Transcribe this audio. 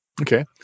Okay